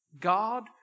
God